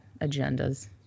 agendas